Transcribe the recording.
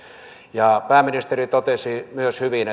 ja myös pääministeri totesi hyvin